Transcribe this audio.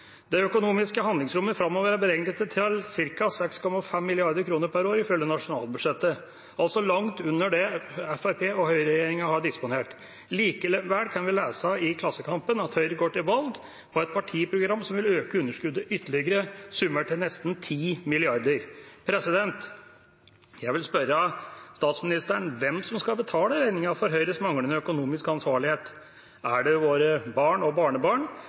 Det økonomiske handlingsrommet framover er beregnet til ca. 6,5 mrd. kr per år, ifølge nasjonalbudsjettet – altså langt under det Høyre–Fremskrittsparti-regjeringa har disponert. Likevel kan vi lese i Klassekampen at Høyre går til valg på et partiprogram som vil øke underskuddet ytterligere, summert til nesten 10 mrd. kr. Jeg vil spørre statsministeren hvem som skal betale regningen for Høyres manglende økonomiske ansvarlighet. Er det våre barn og barnebarn?